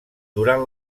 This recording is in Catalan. durant